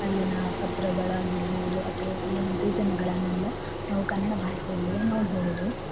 ಅಲ್ಲಿನ ಪತ್ರಗಳಾಗಿರ್ಬಹ್ದು ಅಥವಾ ಅಲ್ಲಿನ ಸೂಚನೆಗಳನ್ನೆಲ್ಲ ನಾವು ಕನ್ನಡ ಭಾಷೆಯಲ್ಲಿಯೇ ನೋಡಬಹುದು